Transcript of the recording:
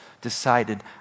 decided